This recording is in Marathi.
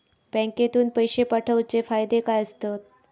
बँकेतून पैशे पाठवूचे फायदे काय असतत?